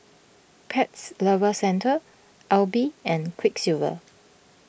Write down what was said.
Pet Lovers Centre Aibi and Quiksilver